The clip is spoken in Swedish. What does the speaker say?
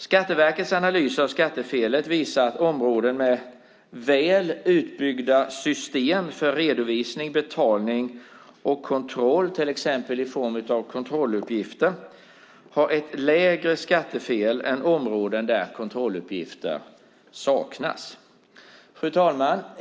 Skatteverkets analys av skattefelet visar att områden med väl utbyggda system för redovisning, betalning och kontroll, till exempel i form av kontrolluppgifter, har ett lägre skattefel än områden där kontrolluppgifter saknas. Fru talman!